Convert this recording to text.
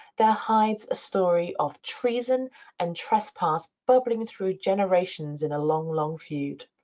there hides a story of treason and trespass bubbling through generations in a long, long feud.